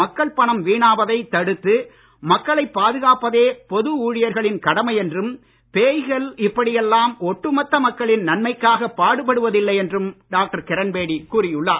மக்கள் பணம் வீணாவதை தடுத்து மக்களை பாதுகாப்பதே பொது ஊழியர்களின் கடமை என்றும் பேய்கள் இப்படி எல்லாம் ஒட்டு மொத்த மக்களின் நன்மைக்காக பாடுபடுவதில்லை என்றும் டாக்டர் கிரண்பேடி கூறியுள்ளார்